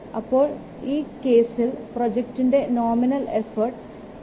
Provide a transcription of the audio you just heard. അപ്പോൾ ഈ കേസിൽ പ്രോജക്റ്റിനെ നോമിനൽ എഫോർട്ട് 302